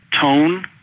tone